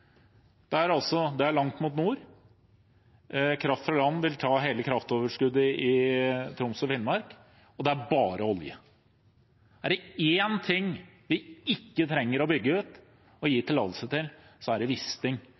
det er langt mot nord, kraft fra land vil ta hele kraftoverskuddet i Troms og Finnmark, og det er bare olje. Er det én ting vi ikke trenger å bygge ut og gi tillatelse til, er det